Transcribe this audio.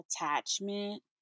attachment